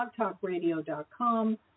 BlogTalkRadio.com